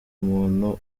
umuntu